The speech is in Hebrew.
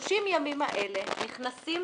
ה-30 ימים האלה נכנסים